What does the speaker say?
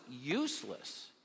useless